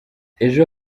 ejo